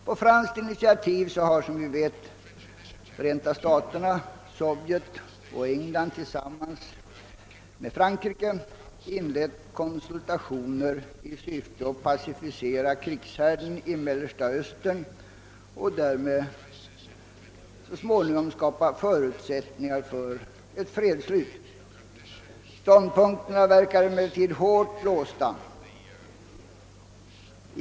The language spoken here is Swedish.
På franskt initiativ har som bekant Förenta staterna, Sovjetunionen och England tillsammans med Frankrike inlett konsultationer i syfte att pacificera krishärden i Mellersta Östern och därmed så småningom skapa förutsättningar för ett fredsslut. Ståndpunkterna verkar emellertid vara hårt låsta.